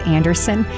Anderson